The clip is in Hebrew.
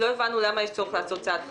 לא הבנו למה יש צורך לעשות צעד חריג,